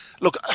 Look